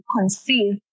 conceive